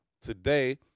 today